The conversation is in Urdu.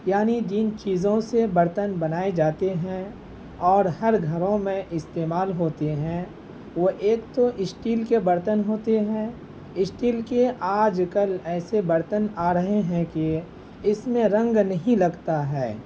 یعنی جن چیزوں سے برتن بنائے جاتے ہیں اور ہر گھروں میں استعمال ہوتے ہیں وہ ایک تو اسٹیل کے برتن ہوتے ہیں اسٹیل کے آج کل ایسے برتن آ رہے ہیں کہ اس میں رنگ نہیں لگتا ہے